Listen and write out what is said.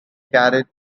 carried